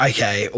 Okay